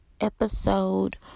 episode